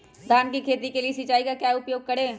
धान की खेती के लिए सिंचाई का क्या उपयोग करें?